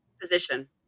position